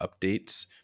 updates